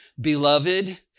beloved